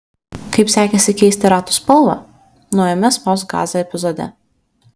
kaip sekėsi keisti ratų spalvą naujame spausk gazą epizode